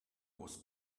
was